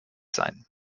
sein